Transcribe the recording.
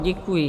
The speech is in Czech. Děkuji.